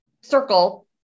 circle